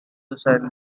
decades